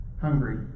hungry